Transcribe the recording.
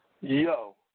Yo